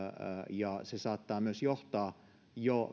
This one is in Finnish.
ja se saattaa myös johtaa meidän jo